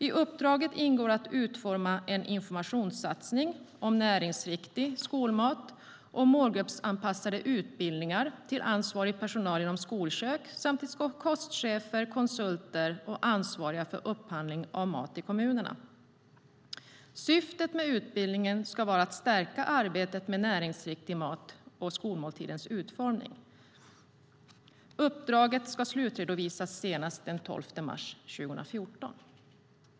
I uppdraget ingår att utforma en informationssatsning om näringsriktig skolmat och målgruppsanpassade utbildningar till ansvarig personal inom skolkök samt till kostchefer, konsulter och ansvariga för upphandling av mat i kommunerna. Syftet med utbildningen ska vara att stärka arbetet med näringsriktig mat och skolmåltidens utformning. Uppdraget ska slutredovisas senast den 12 mars 2014.